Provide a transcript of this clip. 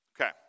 Okay